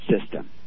system